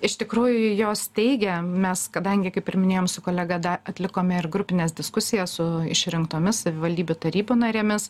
iš tikrųjų jos teigia mes kadangi kaip ir minėjom su kolega da atlikome ir grupines diskusijas su išrinktomis savivaldybių tarybų narėmis